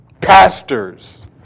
Pastors